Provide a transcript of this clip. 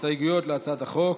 הסתייגויות להצעת החוק.